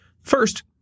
First